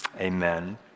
amen